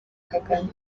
kagame